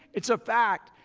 it's a fact.